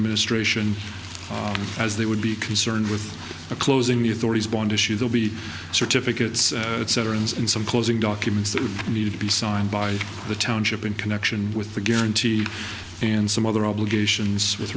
the ministration as they would be concerned with a closing the authorities bond issue they'll be certificates etc as in some closing documents that would need to be signed by the township in connection with the guarantee and some other obligations with